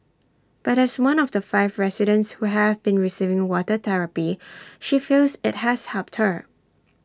but as one of the five residents who have been receiving water therapy she feels IT has helped her